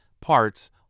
parts